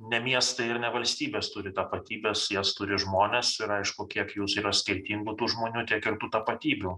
ne miestai ir ne valstybės turi tapatybes jas turi žmonės ir aišku kiek jų yra skirtingų tų žmonių tiek ir tų tapatybių